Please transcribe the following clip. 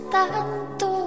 tanto